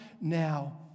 now